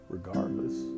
Regardless